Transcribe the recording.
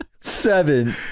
Seven